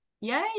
yay